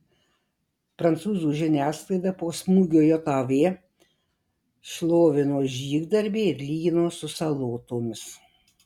prancūzų žiniasklaida po smūgio jav šlovino žygdarbį ir lygino su salotomis